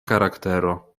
karaktero